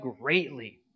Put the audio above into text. greatly